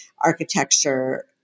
architecture